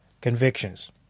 convictions